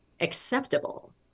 acceptable